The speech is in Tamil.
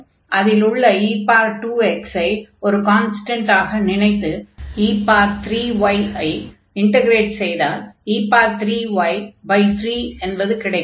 அதில் உள்ள e2x ஐ ஒரு கான்ஸ்டன்ட் ஆக நினைத்து e3y ஐ இன்டக்ரேட் செய்தால் e3y3 என்பது கிடைக்கும்